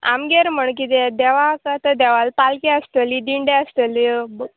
आमगेर म्हण किदें देवाक आतां देवाली पालकी आसतली दिंडी आसतल्यो